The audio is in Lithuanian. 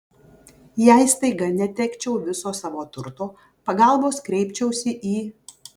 jei staiga netekčiau viso savo turto pagalbos kreipčiausi į